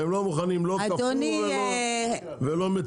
הם לא מוכנים, לא קפוא ולא מצונן.